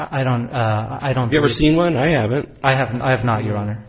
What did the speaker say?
i don't i don't ever seen one i haven't i haven't i have not your honor